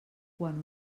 quan